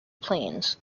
planes